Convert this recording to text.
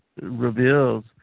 reveals